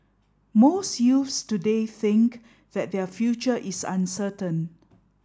most youths today think that their future is uncertain